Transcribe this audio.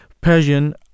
Persian